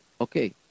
okay